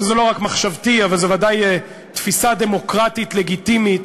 וזו לא רק מחשבתי אבל זו ודאי תפיסה דמוקרטית לגיטימית,